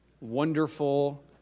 wonderful